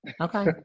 Okay